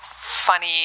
funny